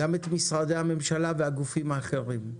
גם את משרדי הממשלה וגם את הגופים האחרים.